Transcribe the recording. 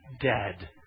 dead